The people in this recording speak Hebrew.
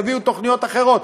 תביאו תוכניות אחרות,